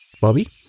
Bobby